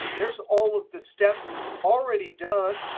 there's all of the steps it's already done.